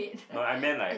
no I meant like